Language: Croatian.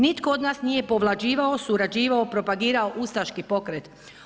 Nitko od nas nije povlađivao, surađivao, propagirao ustaški pokret.